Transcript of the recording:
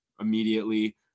immediately